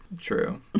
true